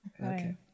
Okay